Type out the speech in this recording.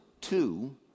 two